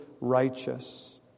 righteous